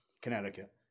Connecticut